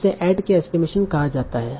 इसे ad hoc estimation कहा जाता है